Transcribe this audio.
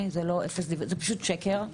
זה פשוט שקר.